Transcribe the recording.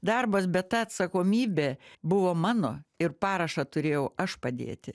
darbas bet ta atsakomybė buvo mano ir parašą turėjau aš padėti